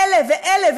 אלה ואלה,